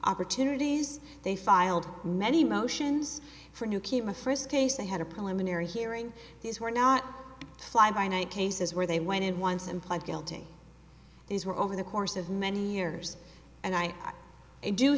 opportunities they filed many motions for a new key my first case they had a preliminary hearing these were not fly by night cases where they went in once and pled guilty these were over the course of many years and i